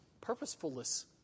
purposefulness